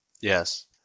Yes